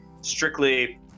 strictly